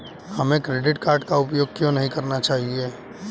हमें credit card का उपयोग क्यों नहीं करना चाहिए?